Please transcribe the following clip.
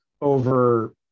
over